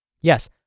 Yes